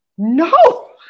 No